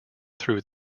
through